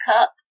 Cup